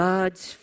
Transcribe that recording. God's